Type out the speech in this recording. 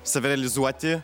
save realizuoti